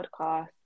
podcast